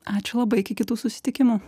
ačiū labai iki kitų susitikimų